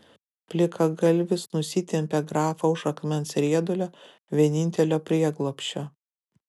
plikagalvis nusitempė grafą už akmens riedulio vienintelio prieglobsčio